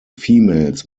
females